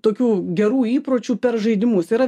tokių gerų įpročių per žaidimus yra